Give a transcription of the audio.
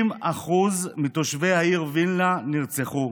30% מתושבי העיר וילנה נרצחו,